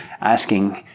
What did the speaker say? asking